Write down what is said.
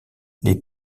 les